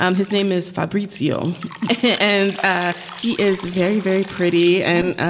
um his name is fabrizio and ah he is very, very pretty. and,